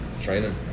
Training